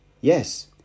Yes